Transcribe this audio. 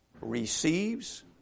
receives